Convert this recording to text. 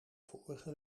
vorige